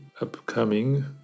upcoming